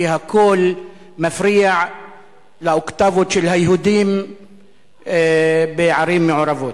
כי הקול מפריע לאוקטבות של היהודים בערים מעורבות.